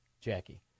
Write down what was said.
Jackie